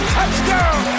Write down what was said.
Touchdown